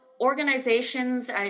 organizations